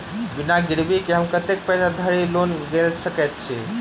बिना गिरबी केँ हम कतेक पैसा धरि लोन गेल सकैत छी?